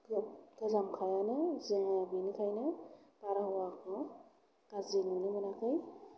मोजांखायानो जोङो बेनिखायनो बारहावाखौ गाज्रि नुनो मोनाखै